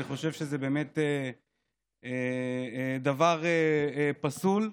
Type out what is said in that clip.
אני חושב שזה באמת דבר פסול,